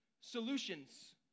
solutions